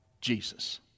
Jesus